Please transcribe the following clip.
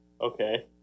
Okay